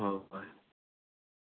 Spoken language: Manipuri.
ꯍꯣꯏ ꯚꯥꯏ